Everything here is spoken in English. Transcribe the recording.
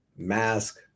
mask